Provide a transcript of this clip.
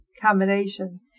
combination